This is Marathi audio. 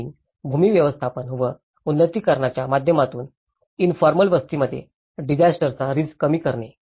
प्लॅनिंइंग भूमी व्यवस्थापन व उन्नतीकरणाच्या माध्यमातून इनफॉर्मल वस्तींमध्ये डिजास्टरचा रिस्क कमी करणे